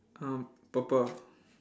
um purple